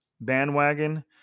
bandwagon